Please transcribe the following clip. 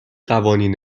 قوانین